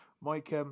Mike